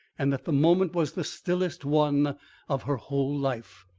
and that the moment was the stillest one of her whole life.